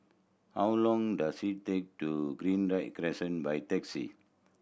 how long does it take to Greenridge Crescent by taxi